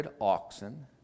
oxen